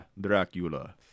Dracula